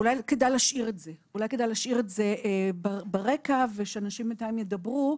אולי כדאי להשאיר את זה ברקע ושאנשים ידברו.